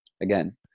again